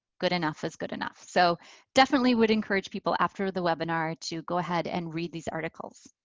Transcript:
good enough is good enough. so definitely would encourage people after the webinar to go ahead and read these articles.